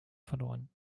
verloren